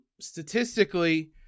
Statistically